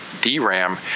DRAM